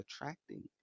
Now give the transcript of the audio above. attracting